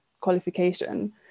qualification